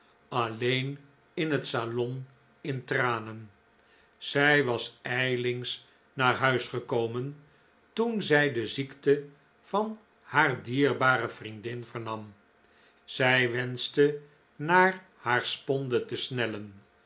alleen in het salon in tranefl zij was ijlings naar huis gekomen toen zij de ziekte van haar dierbare vriendin vernam zij wenschte naar haar sponde te snellen